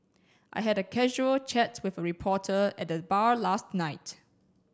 I had a casual chat with a reporter at the bar last night